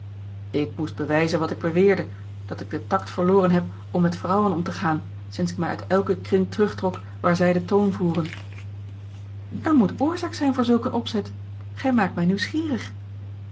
ik moest bewijzen wat ik beweerde dat ik den tact verloren heb om met vrouwen om te gaan sinds ik mij uit elken kring terugtrok waar zij den toon voeren er moet oorzaak zijn voor zulk een opzet gij maakt mij nieuwsgierig